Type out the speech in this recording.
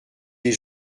des